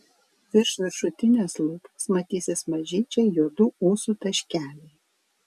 virš viršutinės lūpos matysis mažyčiai juodų ūsų taškeliai